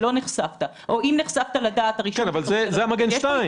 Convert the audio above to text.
לדעת שלא נחשפת --- אבל זה המגן 2,